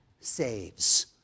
saves